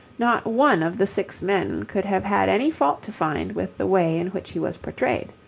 not one of the six men could have had any fault to find with the way in which he was portrayed.